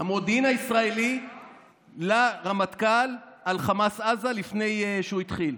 המודיעין הישראלי לרמטכ"ל על חמאס עזה לפני שהוא התחיל.